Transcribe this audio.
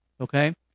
okay